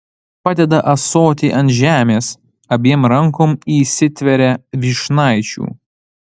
padeda ąsotį ant žemės abiem rankom įsitveria vyšnaičių